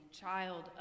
child